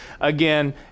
Again